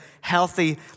healthy